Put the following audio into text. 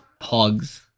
Pogs